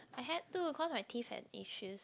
I had to cause my teeth had issues